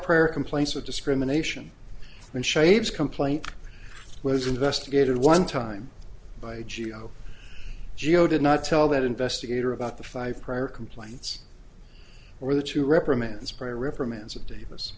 prayer complaints of discrimination and shaves complaint was investigated one time by geo geo did not tell that investigator about the five prior complaints or the two reprimands prior reprimands of davis